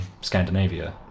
Scandinavia